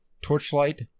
Torchlight